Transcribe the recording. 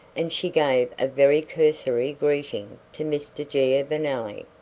and she gave a very cursory greeting to mr. giovanelli.